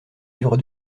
livre